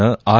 ನ ಆರ್